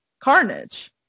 Carnage